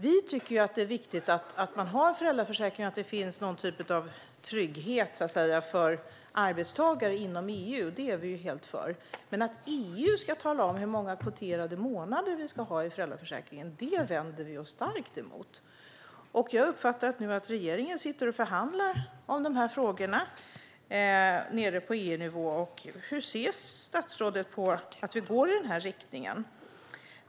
Vi tycker att det är viktigt att man har föräldraförsäkring och att det finns någon typ av trygghet för arbetstagare inom EU. Det är vi helt för. Men att EU ska tala om hur många kvoterade månader vi ska ha i föräldraförsäkringen vänder vi oss starkt emot. Jag uppfattar nu att regeringen sitter och förhandlar om de här frågorna på EU-nivå. Hur ser statsrådet på att vi går i den här riktningen?